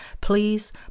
please